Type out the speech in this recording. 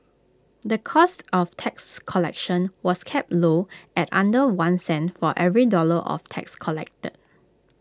the cost of tax collection was kept low at under one cent for every dollar of tax collected